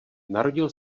narodil